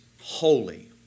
holy